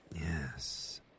Yes